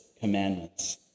commandments